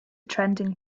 trending